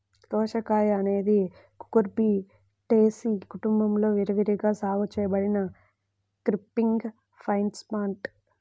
దోసకాయఅనేది కుకుర్బిటేసి కుటుంబంలో విరివిగా సాగు చేయబడిన క్రీపింగ్ వైన్ప్లాంట్